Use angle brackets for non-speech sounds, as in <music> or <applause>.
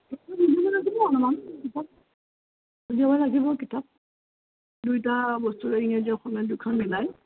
<unintelligible> উলিয়াব লাগিব অলপমান কিতাপ উলিয়াব লাগিব কিতাপ দুয়োটা বস্তুৰে ইংৰাজী অসমীয়া দুয়োখন মিলাই